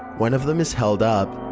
one of them is held up,